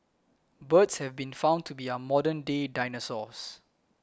birds have been found to be our modern day dinosaurs